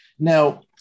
Now